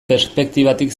perspektibatik